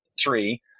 three